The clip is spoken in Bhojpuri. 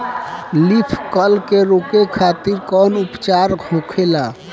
लीफ कल के रोके खातिर कउन उपचार होखेला?